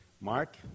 Mark